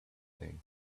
thing